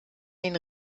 den